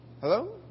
hello